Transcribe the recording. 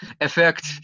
effect